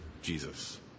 Jesus